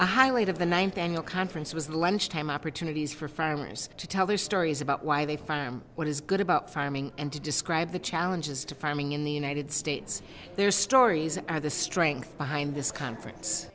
highlight of the ninth annual conference was lunch time opportunities for farmers to tell their stories about why they found what is good about farming and to describe the challenges to farming in the united states their stories of the strength behind this conference